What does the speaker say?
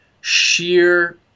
sheer